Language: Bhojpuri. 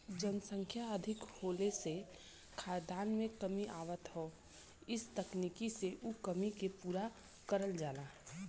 जनसंख्या अधिक होले से खाद्यान में कमी आवत हौ इ तकनीकी से उ कमी के पूरा करल जाला